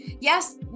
Yes